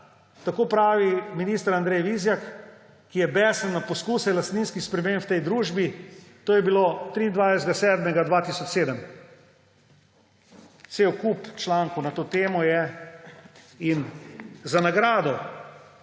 tako pravi minister Andrej Vizjak, ki je besen na poskuse lastninskih sprememb v tej družbi.« To je bilo 23. 7. 2007. Cel kup člankov na to temo je in za nagrado